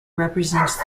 represents